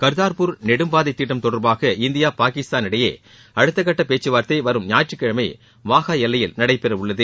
கர்தார்பூர் நெடும்பாதை திட்டம் தொடர்பாக இந்தியா பாகிஸ்தான் இடையே அடுத்த கட்ட பேச்சுவார்த்தை வரும் ஞாயிற்றுக்கிழனம வாஹா எல்லையில் நடைபெற உள்ளது